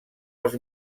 els